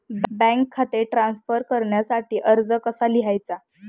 Bank खाते transfer करण्यासाठी अर्ज कसा लिहायचा?